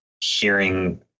hearing